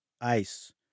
ice